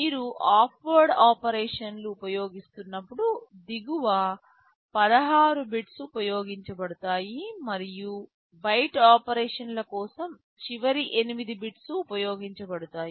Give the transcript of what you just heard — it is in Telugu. మీరు ఆఫ్ వర్డ్ ఆపరేషన్లు ఉపయోగిస్తున్నప్పుడు దిగువ 16 బిట్స్ ఉపయోగించబడతాయి మరియు బైట్ ఆపరేషన్ల కోసం చివరి 8 బిట్స్ ఉపయోగించబడతాయి